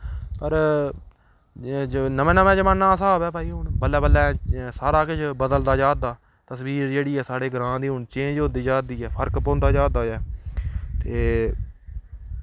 पर जे नमें नमें जमाना स्हाब ऐ भाई हून बल्लै बल्लै सारा किश बदलदा जा दा तस्वीर जेह्ड़ी ऐ साढ़े ग्रांऽ दी हून चेंज होंदी जा दी ऐ फर्क पौंदा जा दा ऐ ते